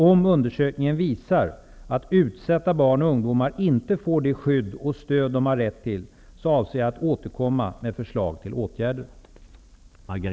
Om undersökningen visar att utsatta barn och ungdomar inte får det skydd och stöd de har rätt till avser jag att återkomma med förslag till åtgärder.